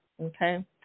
Okay